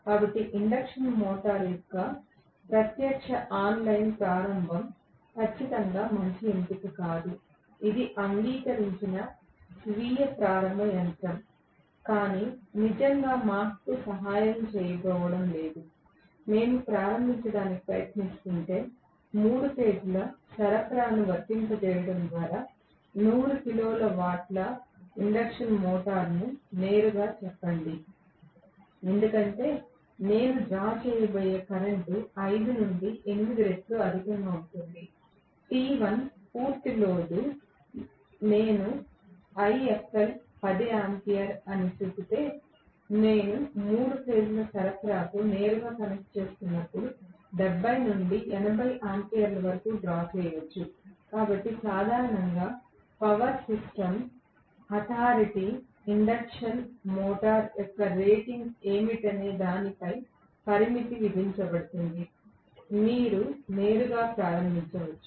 కాబట్టి induction motor యొక్క ప్రత్యక్ష ఆన్లైన్ ప్రారంభం ఖచ్చితంగా మంచి ఎంపిక కాదు ఇది అంగీకరించిన స్వీయ ప్రారంభ యంత్రం కానీ నిజంగా మాకు సహాయం చేయబోవడం లేదు మేము ప్రారంభించడానికి ప్రయత్నిస్తుంటే 3 ఫేజ్ ల సరఫరాను వర్తింపజేయడం ద్వారా 100 కిలోల వాట్ ఇండక్షన్ మోటారును నేరుగా చెప్పండి ఎందుకంటే నేను డ్రా చేయబోయే కరెంట్ 5 నుండి 8 రెట్లు అధికంగా ఉంటుంది TI పూర్తి లోడ్ నేను IFL 10 ఆంపియర్ అని చెబితే నేను 3 ఫేజ్ ల సరఫరాకు నేరుగా కనెక్ట్ చేస్తున్నప్పుడు 70 నుండి 80 ఆంపియర్ల వరకు డ్రా చేయవచ్చు కాబట్టి సాధారణంగా power system power system authority induction motor యొక్క రేటింగ్ ఏమిటనే దానిపై పరిమితి విధించబడుతుంది మీరు నేరుగా ప్రారంభించవచ్చు